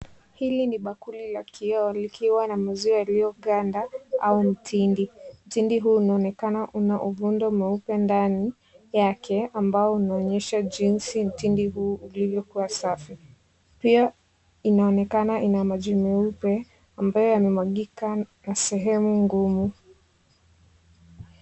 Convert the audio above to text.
Hili ni bakuli la kioo likiwa na maziwa yaliyoganda au mtindi. Mtindi huu unaonekana una uvundo mweupe ndani yake ambao unaonyesha jinsi mtindi huu ulivyokuwa safi. Pia inaonekana ina maji meupe ambayo yamemwagika kwa sehemu ngumu.